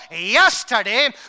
yesterday